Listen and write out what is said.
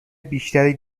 بیشتری